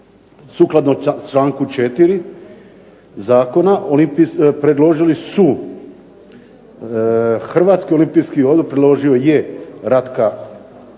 sukladno članku 4. Zakona predložili su: Hrvatski olimpijski odbor predložio je Ratka Kovačića.